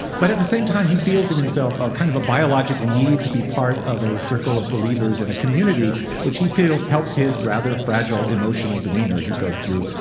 but at the same time he feels in himself a kind of a biological need to be part of a circle of believers in a community which he feels helps his rather fragile emotional demeanor. he goes through,